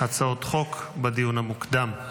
הצעות חוק בדיון המוקדם.